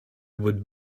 would